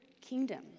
kingdom